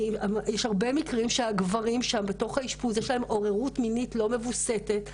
יש הרבה מקרים שלגברים בתוך האשפוז יש עוררות מינית לא מווסתת,